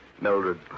Mildred